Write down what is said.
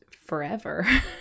forever